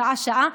שעה-שעה,